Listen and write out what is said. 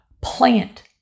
plant